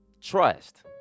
Trust